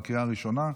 בקריאה הראשונה.